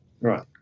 right